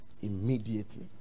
Immediately